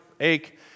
ache